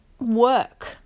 work